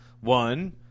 One